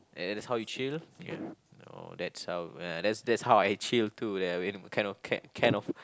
and that's how you chill oh that's how ah that's that's how I chill too there we kind of k~ kind of